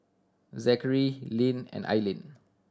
Zackary Linn and Eileen